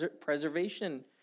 preservation